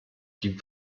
die